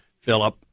Philip